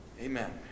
Amen